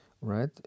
right